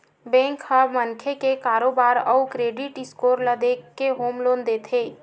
bank ह मनखे के कारोबार अउ क्रेडिट स्कोर ल देखके होम लोन देथे